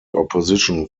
opposition